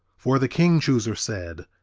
for the king-chooser said,